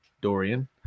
Dorian